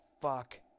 fuck